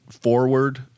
forward